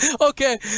Okay